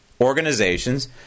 organizations